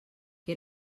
que